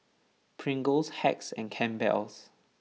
Pringles Hacks and Campbell's